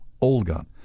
Olga